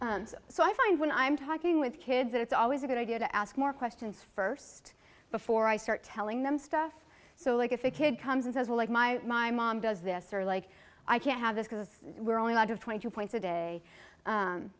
yet so i find when i'm talking with kids that it's always a good idea to ask more questions first before i start telling them stuff so like if a kid comes and says well like my my mom does this or like i can't have this because we're only a lot of twenty two points a day